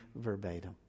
verbatim